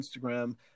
Instagram